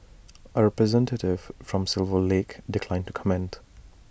A representative from silver lake declined to comment